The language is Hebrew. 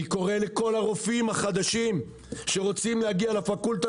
אני קורא לכל הרופאים החדשים שרוצים להגיע לפקולטה